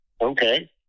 Okay